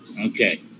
Okay